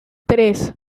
tres